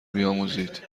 بیاموزید